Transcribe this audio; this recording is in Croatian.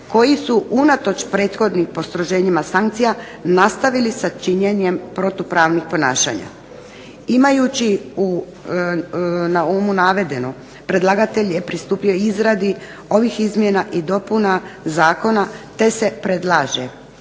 koji su unatoč prethodnim postroženjima sankcija nastavili sa činjenjem protupravnih ponašanja. Imajući na umu navedeno predlagatelj je pristupio izradi ovih izmjena i dopuna zakona, te se predlaže